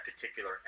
particular